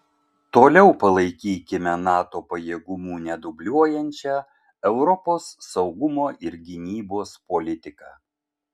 toliau palaikykime nato pajėgumų nedubliuojančią europos saugumo ir gynybos politiką